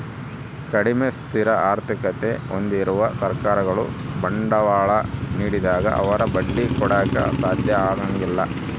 ಕಡಿಮೆ ಸ್ಥಿರ ಆರ್ಥಿಕತೆ ಹೊಂದಿರುವ ಸರ್ಕಾರಗಳು ಬಾಂಡ್ಗಳ ನೀಡಿದಾಗ ಅವರು ಬಡ್ಡಿ ಕೊಡಾಕ ಸಾಧ್ಯ ಆಗಂಗಿಲ್ಲ